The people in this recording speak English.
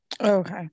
Okay